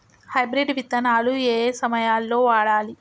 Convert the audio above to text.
Hybrid విత్తనాలు ఏయే సమయాల్లో వాడాలి?